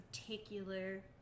particular